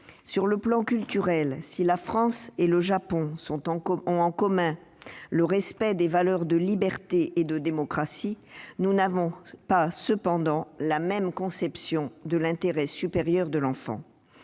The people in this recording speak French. Sur le plan culturel, si la France et le Japon ont en commun le respect des valeurs de liberté et de démocratie, ils n'ont cependant pas la même conception de l'intérêt supérieur de l'enfant.